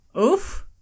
Oof